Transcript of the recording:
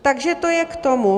Takže to je k tomu.